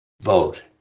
vote